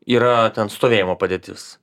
yra ten stovėjimo padėtis